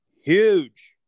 Huge